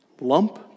Lump